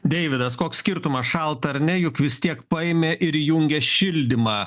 deividas koks skirtumas šalta ar ne juk vis tiek paėmė ir įjungė šildymą